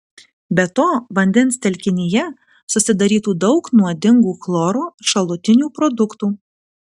be to vandens telkinyje susidarytų daug nuodingų chloro šalutinių produktų